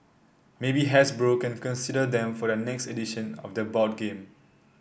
maybe Hasbro can consider them for their next edition of their board game